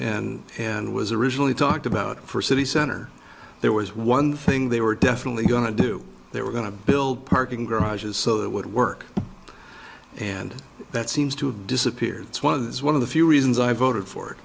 and and was originally talked about for city center there was one thing they were definitely going to do they were going to build parking garages so that would work and that seems to have disappeared one of those one of the few reasons i voted for it